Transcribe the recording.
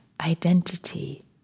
identity